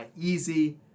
easy